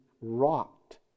wrought